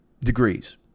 degrees